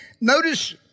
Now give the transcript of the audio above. Notice